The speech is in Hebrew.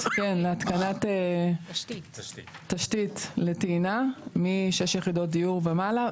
להתקנת תשתית לטעינה משש יחידות דיור ומעלה,